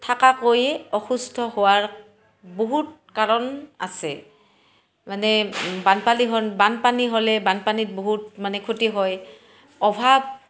থকাকৈ অসুস্থ হোৱাৰ বহুত কাৰণ আছে মানে বানপানী হ'ল বানপানী হ'লে বানপানীত বহুত মানে ক্ষতি হয় অভাৱ